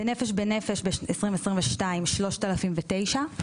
ב'נפש בנפש' ב-2022: 3,009,